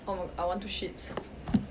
oh my god I want to shit